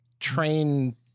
Train